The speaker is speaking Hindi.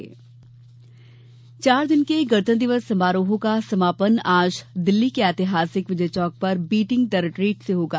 बीटिंग द रिट्टीट चार दिन के गणतंत्र दिवस समारोहों का समापन आज नई दिल्ली के एतिहासिक विजय चौक पर बीटिंग द रिट्रीट से होगा